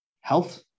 health